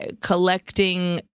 collecting